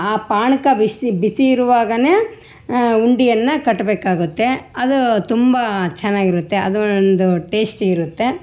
ಆ ಪಾನ್ಕ ಬಿಸಿ ಬಿಸಿ ಇರುವಾಗನೇ ಉಂಡೆಯನ್ನ ಕಟ್ಟಬೇಕಾಗುತ್ತೆ ಅದು ತುಂಬ ಚೆನ್ನಾಗಿರುತ್ತೆ ಅದು ಒಂದು ಟೇಸ್ಟಿ ಇರುತ್ತೆ